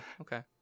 Okay